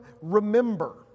remember